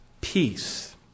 peace